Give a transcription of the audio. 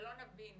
ולא נבין